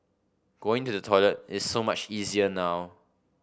going to the toilet is so much easier now